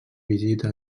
visita